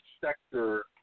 sector